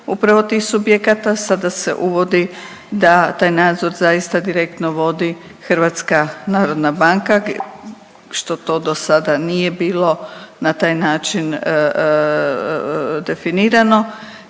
upravo tih subjekata, sada se uvodi da taj nadzor zaista direktno vodi HNB, što to dosada nije bilo na taj način definirano